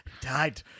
died